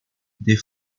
des